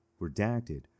redacted